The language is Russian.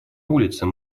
улице